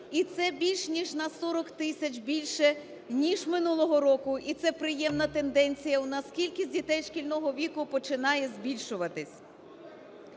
І це більше ніж на 40 тисяч більше ніж минулого року, і це приємна тенденція, у нас кількість дітей шкільного віку починає збільшуватись.